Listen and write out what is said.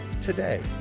today